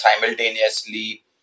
simultaneously